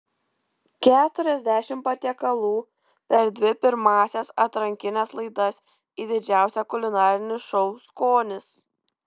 keturiasdešimt patiekalų per dvi pirmąsias atrankines laidas į didžiausią kulinarinį šou skonis